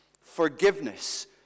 Forgiveness